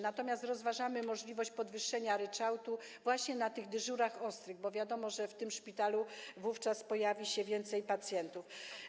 Natomiast rozważamy możliwość podwyższenia ryczałtu właśnie na dyżurach ostrych, bo wiadomo, że w tym szpitalu wówczas pojawi się więcej pacjentów.